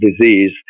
disease